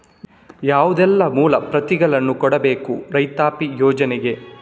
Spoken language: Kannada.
ಯಾವುದೆಲ್ಲ ಮೂಲ ಪ್ರತಿಗಳನ್ನು ಕೊಡಬೇಕು ರೈತಾಪಿ ಯೋಜನೆಗೆ?